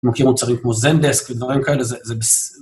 מכיר מוצרים כמו זנדסק ודברים כאלה, זה בסדר.